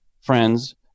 friends